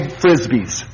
frisbees